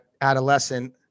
adolescent